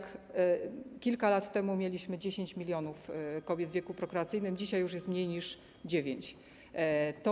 Kilka lat temu mieliśmy 10 mln kobiet w wieku prokreacyjnym, dzisiaj już jest mniej niż 9 mln.